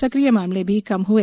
सक्रिय मामले भी कम हए